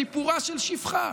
סיפורה של שפחה.